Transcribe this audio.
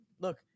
Look